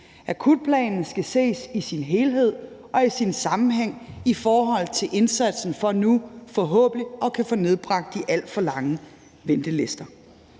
Akutplanen skal ses i sin helhed og i sin sammenhæng i forhold til indsatsen for nu forhåbentlig at kunne få nedbragt de alt for lange ventelister.